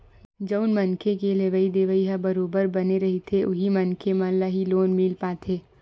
जउन मनखे के लेवइ देवइ ह बरोबर बने रहिथे उही मनखे मन ल ही लोन मिल पाथे